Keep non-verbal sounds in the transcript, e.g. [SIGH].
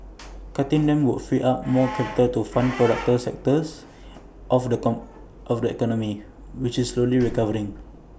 [NOISE] cutting them would free up [NOISE] more capital to [NOISE] fund productive sectors of the com economy which is slowly [NOISE] recovering